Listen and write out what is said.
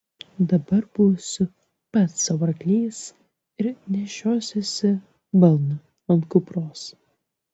dabar būsiu pats sau arklys ir nešiosiuosi balną ant kupros